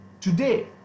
Today